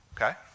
okay